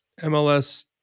MLS